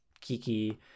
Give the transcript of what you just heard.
Kiki